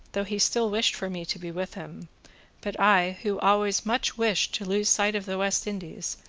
though he still wished for me to be with him but i, who always much wished to lose sight of the west indies,